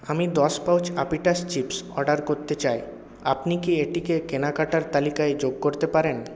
আমি দশ পাউচ আপিটাস চিপস অর্ডার করতে চাই আপনি কি এটিকে কেনাকাটার তালিকায় যোগ করতে পারেন